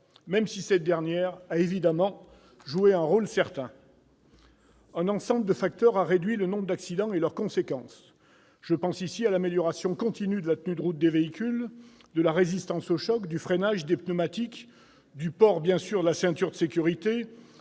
même si cette dernière a évidemment joué un rôle certain. Un ensemble de facteurs ont réduit le nombre d'accidents et leurs conséquences. Je pense à l'amélioration continue de la tenue de route des véhicules, de la résistance aux chocs, du freinage, des pneumatiques ; je pense encore au port de la ceinture de sécurité,